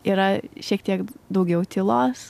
yra šiek tiek daugiau tylos